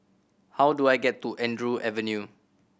how do I get to Andrew Avenue